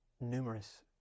numerous